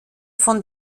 von